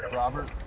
robert.